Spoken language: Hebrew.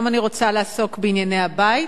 היום אני רוצה לעסוק בענייני הבית